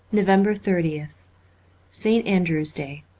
november thirtieth st. andrew's day